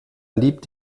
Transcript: liebt